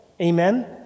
Amen